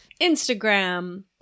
instagram